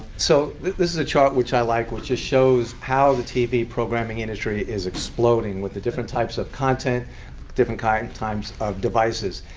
so this is a chart which i like which just shows how the tv programming industry is exploding with the different types of content and different kind of types of devices.